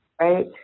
Right